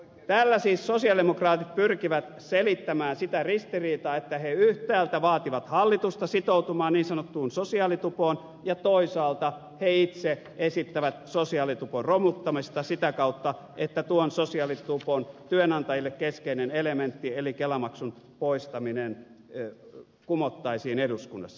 tällä siis sosialidemokraatit pyrkivät selittämään sitä ristiriitaa että he yhtäältä vaativat hallitusta sitoutumaan niin sanottuun sosiaalitupoon ja toisaalta he itse esittävät sosiaalitupon romuttamista sitä kautta että tuon sosiaalitupon työnantajille keskeinen elementti eli kelamaksun poistaminen kumottaisiin eduskunnassa